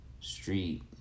street